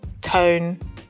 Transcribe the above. tone